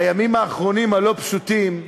הימים האחרונים הלא-פשוטים,